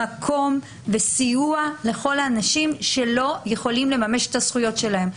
מקום וסיוע לכל האנשים שלא יכולים לממש את הזכויות שלהם.